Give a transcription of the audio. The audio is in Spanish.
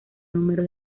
número